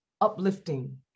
uplifting